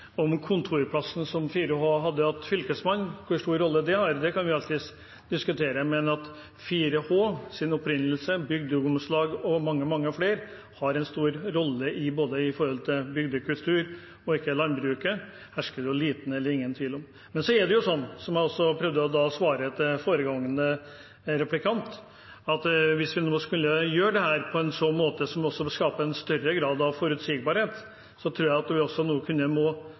om at 4H og mange av disse organisasjonene har en svært betydningsfull rolle. Hvor stor rolle kontorplassene som 4H hadde hos Fylkesmannen, har hatt, kan vi alltids diskutere, men at 4H, bygdeungdomslag og mange flere har en stor rolle både når det gjelder bygdekultur og landbruket, hersker det liten eller ingen tvil om. Men så er det sånn, som jeg også prøvde å svare til foregående replikant, at hvis vi nå skal gjøre dette på en måte som skaper en større grad av forutsigbarhet, tror jeg vi må